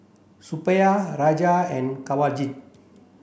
Suppiah Raja and Kanwaljit